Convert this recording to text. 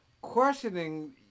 questioning